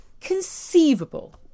conceivable